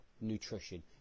nutrition